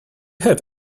have